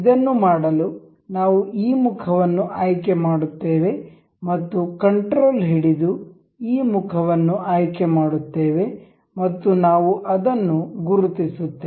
ಇದನ್ನು ಮಾಡಲು ನಾವು ಈ ಮುಖವನ್ನು ಆಯ್ಕೆ ಮಾಡುತ್ತೇವೆ ಮತ್ತು ಕಂಟ್ರೋಲ್ ಹಿಡಿದು ಈ ಮುಖವನ್ನು ಆಯ್ಕೆ ಮಾಡುತ್ತೇವೆ ಮತ್ತು ನಾವು ಅದನ್ನು ಗುರುತಿಸುತ್ತೇವೆ